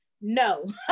No